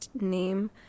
name